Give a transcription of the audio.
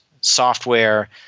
software